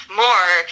more